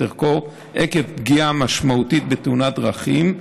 ערכו עקב פגיעה משמעותית בתאונת דרכים,